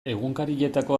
egunkarietako